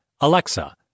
Alexa